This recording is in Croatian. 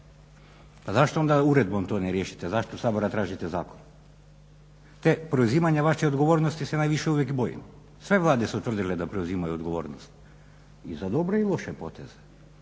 Pa zašto onda uredbom to ne riješite, zašto od Sabora tražite zakon? Te preuzimanje vaše odgovornosti se najviše uvijek bojimo. Sve Vlade su tvrdile da preuzimaju odgovornost i za dobre i loše poteze,